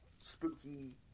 spooky